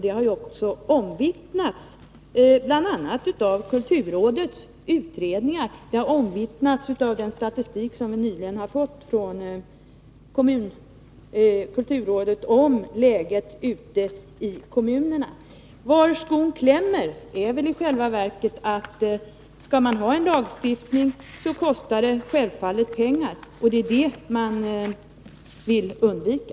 Det har också omvittnats, bl.a. av kulturrådets utredningar och av den statistik som vi nyligen fått från kulturrådet om läget ute i kommunerna. Skall man ha en lagstiftning, kostar det självfallet pengar — det är i själva verket där skon klämmer — och det är det man vill undvika.